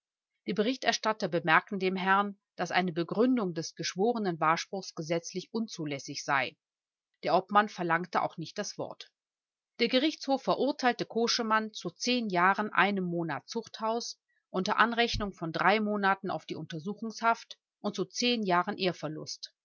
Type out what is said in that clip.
die berichterstatter bemerkten dem herrn daß eine begründung des geschworenenwahrspruchs gesetzlich unzulässig sei der obmann verlangte auch nicht das wort der gerichtshof verurteilte koschemann zu zehn jahren einem monat zuchthaus unter anrechnung von drei monaten auf die untersuchungshaft und zu zehn jahren ehrverlust